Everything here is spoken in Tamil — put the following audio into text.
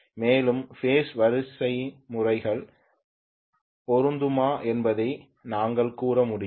மேலும் பேஸ் வரிசைமுறைகள் பொருந்துமா என்பதை நாங்கள் கூற முடியும்